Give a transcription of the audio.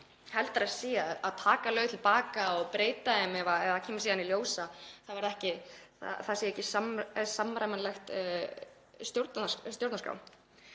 heldur að taka lög til baka og breyta þeim ef það kemur síðan í ljós að þau voru ekki samræmanleg stjórnarskrá.